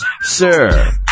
Sir